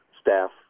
staff